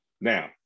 Now